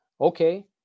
okay